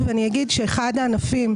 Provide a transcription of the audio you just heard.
אחד הענפים,